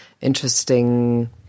interesting